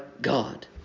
God